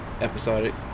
episodic